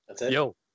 yo